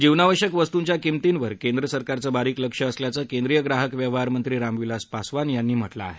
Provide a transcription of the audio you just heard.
जीवनावश्यक वस्तूंच्या किंमतीवर केंद्र सरकारचं बारीक लक्ष असल्याचं केंद्रीय ग्राहक व्यवहार मंत्री रामविलास पासवान यांनी सांगितलं आहे